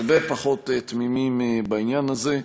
הרבה פחות תמימים בעניין הזה.